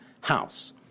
house